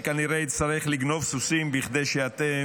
אני כנראה אצטרך לגנוב סוסים כדי שאתם